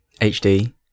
HD